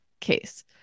case